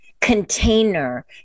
container